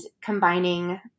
combining